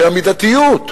שהיא המידתיות,